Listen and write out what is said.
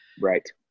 Right